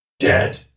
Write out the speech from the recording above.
Dead